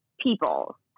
people